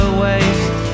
waste